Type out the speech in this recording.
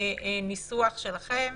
הניסוח שלכם